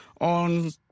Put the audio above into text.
on